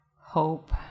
hope